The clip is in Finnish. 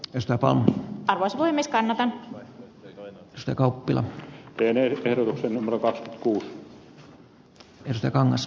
tästä pankit taas voimissaan hän syö kauppila pienet järvet sama tilanne minulla